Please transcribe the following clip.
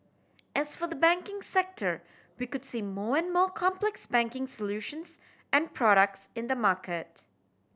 as for the banking sector we could see more and more complex banking solutions and products in the market